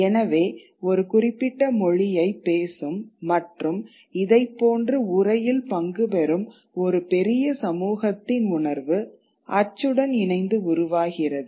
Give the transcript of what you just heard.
எனவே ஒரு குறிப்பிட்ட மொழியைப் பேசும் மற்றும் இதைப்போன்று உரையில் பங்குபெறும் ஒரு பெரிய சமூகத்தின் உணர்வு அச்சுடன் இணைந்து உருவாகிறது